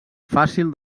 fàcil